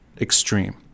extreme